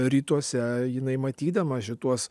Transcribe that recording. rytuose jinai matydama šituos